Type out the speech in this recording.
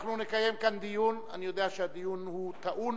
אנחנו נקיים כאן דיון, אני יודע שהדיון הוא טעון.